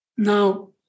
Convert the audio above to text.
Now